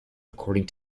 according